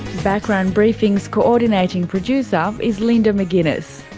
background briefing's coordinating producer is linda mcginness,